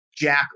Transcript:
Jack